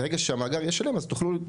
ברגע שהמאגר יהיה שלם אז תוכלו,